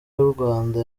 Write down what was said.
y’urwanda